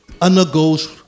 undergoes